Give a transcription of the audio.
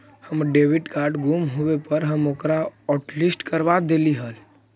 हमर debit card गुम होवे पर हम ओकरा हॉटलिस्ट करवा देली हल